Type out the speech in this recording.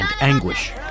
anguish